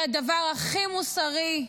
הן הדבר הכי מוסרי,